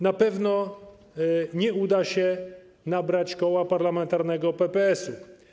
Na pewno nie uda się nabrać Koła Parlamentarnego PPS.